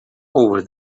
over